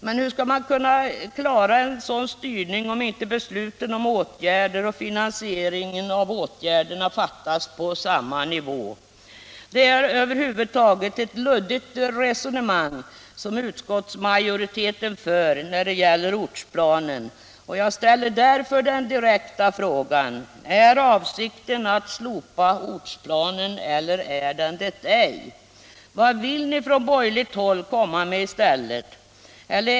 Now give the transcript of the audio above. Men hur skall man klara en sådan styrning om inte beslutet om åtgärder och finansieringen av åtgärderna fattas på samma nivå? Det är över huvud taget ett luddigt resonemang utskottsmajoriteten för när det gäller ortsplanen. Jag ställer därför den direkta frågan: Är det avsikten att slopa ortsplanen eller inte? Vad vill ni från borgerligt håll komma med i stället?